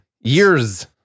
Years